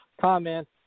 comment